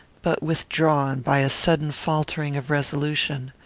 but withdrawn by a sudden faltering of resolution.